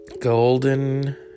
Golden